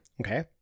Okay